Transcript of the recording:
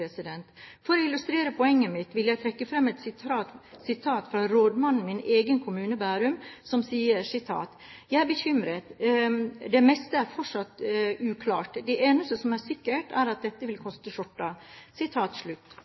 ståsted. For å illustrere poenget mitt vil jeg trekke fram et sitat fra rådmannen i min egen kommune, Bærum, som sier: «Jeg er bekymret. Det meste er fortsatt uklart. Det eneste som er sikkert er at dette vil koste skjorta.»